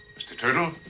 mr. turtle?